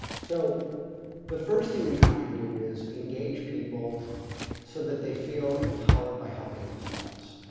so the first thing we try and do is engage people so that they feel empowered by helping themselves.